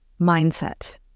mindset